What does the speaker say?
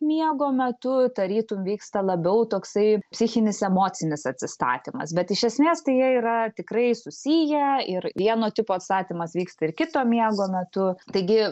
miego metu tarytum vyksta labiau toksai psichinis emocinis atsistatymas bet iš esmės tai jie yra tikrai susiję ir vieno tipo atstatymas vyksta ir kito miego metu taigi